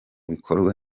bikorwa